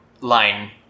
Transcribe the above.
line